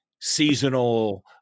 seasonal